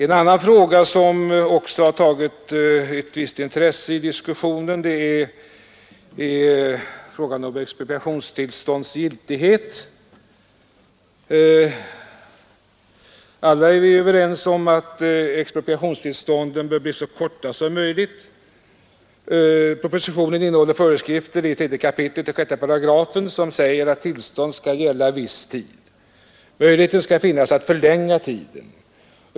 En annan fråga som också har rönt ett visst intresse i diskussionen är frågan om expropriationstillstånds giltighet. Alla är vi överens om att expropriationstillstånden bör bli så korta som möjligt. Propositionen innehåller föreskrifter i 3 kap. 6 § som säger att tillstånd skall gälla viss tid, men möjlighet skall finnas att förlänga tiden.